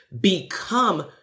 become